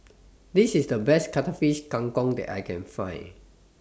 This IS The Best Cuttlefish Kang Kong that I Can Find